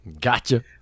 Gotcha